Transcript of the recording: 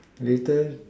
later